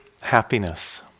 happiness